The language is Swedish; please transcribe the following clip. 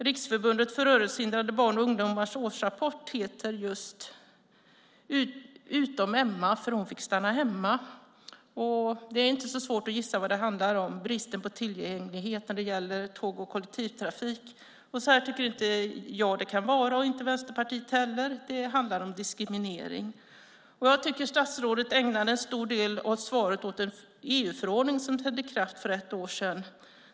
Riksförbundet för Rörelsehindrade Barn och Ungdomars årsrapport heter just Utom Emma för hon fick stanna hemma . Det är inte så svårt att gissa vad det handlar om. Det handlar om bristen på tillgänglighet när det gäller tåg och kollektivtrafik. Så här tycker inte jag och Vänsterpartiet att det kan vara. Det handlar om diskriminering. Jag tycker att statsrådet ägnar en stor del av svaret åt en EU-förordning som trädde i kraft för ett år sedan.